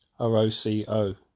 roco